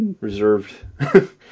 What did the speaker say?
reserved